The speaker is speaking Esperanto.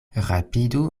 rapidu